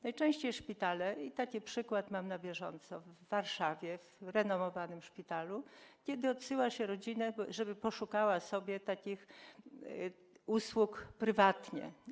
Najczęściej szpitale, i taki przykład mamy obecnie w Warszawie w renomowanym szpitalu, odsyłają rodzinę, żeby poszukała sobie takich usług prywatnie.